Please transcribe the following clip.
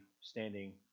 standing